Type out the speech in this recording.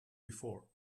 before